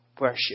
worship